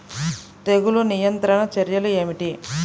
తెగులు నియంత్రణ చర్యలు ఏమిటి?